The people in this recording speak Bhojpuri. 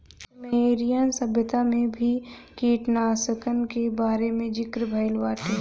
सुमेरियन सभ्यता में भी कीटनाशकन के बारे में ज़िकर भइल बाटे